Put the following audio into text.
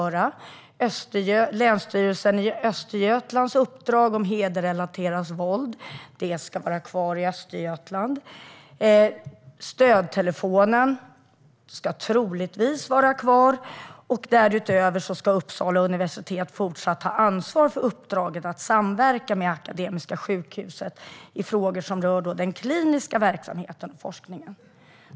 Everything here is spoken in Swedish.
Uppdraget hos Länsstyrelsen i Östergötlands län ska vara kvar i Östergötland. Stödtelefonen ska troligtvis vara kvar. Därutöver ska Uppsala universitet fortsatt ha ansvar för uppdraget att samverka med Akademiska sjukhuset i frågor som rör den kliniska verksamheten och forskningen.